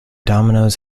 dominions